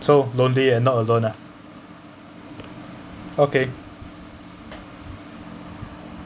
so lonely and not alone ah okay